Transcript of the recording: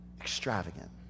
Extravagant